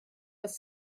was